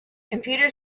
computer